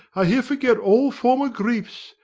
i here forget all former griefs,